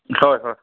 হয় হয়